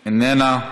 איננה,